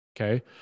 Okay